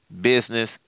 business